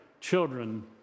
children